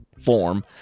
form